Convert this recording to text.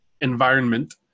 environment